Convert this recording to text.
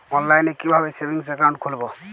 অনলাইনে কিভাবে savings account খুলবো?